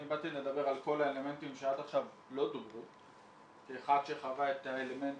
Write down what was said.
אני באתי לדבר על כל האלמנטים שעד עכשיו לא דוברו כאחד שחווה את האלמנט